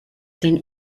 den